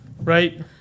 right